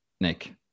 Nick